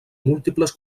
múltiples